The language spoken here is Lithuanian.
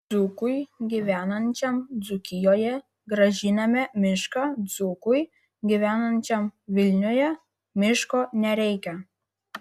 dzūkui gyvenančiam dzūkijoje grąžiname mišką dzūkui gyvenančiam vilniuje miško nereikia